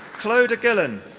clodagh gillen.